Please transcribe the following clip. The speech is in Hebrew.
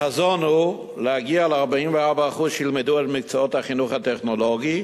החזון הוא להגיע ל-44% שילמדו את מקצועות החינוך הטכנולוגי,